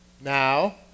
Now